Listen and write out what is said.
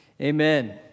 Amen